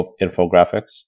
infographics